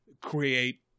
create